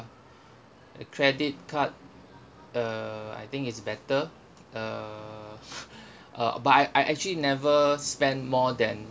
a credit card uh I think it's better the uh but I I actually never spend more than